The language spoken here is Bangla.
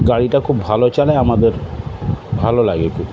গাড়িটা খুব ভালো চালায় আমাদের ভালো লাগে খুব